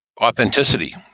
authenticity